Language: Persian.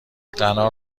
غنا